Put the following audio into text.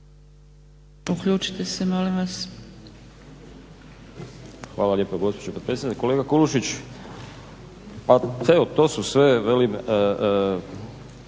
Uključite se, molim vas./ … Hvala lijepo gospođo potpredsjednice. Kolega Kulušić, pa evo to su sve velim